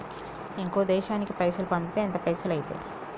ఇంకో దేశానికి పైసల్ పంపితే ఎంత పైసలు అయితయి?